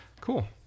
Cool